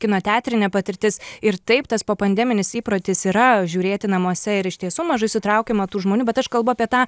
kino teatrinė patirtis ir taip tas popandeminis įprotis yra žiūrėti namuose ir iš tiesų mažai sutraukiama tų žmonių bet aš kalbu apie tą